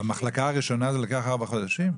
ב"מחלקה ראשונה" זה לוקח ארבעה חודשים?